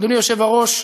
אדוני היושב-ראש,